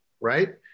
right